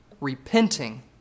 repenting